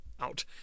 out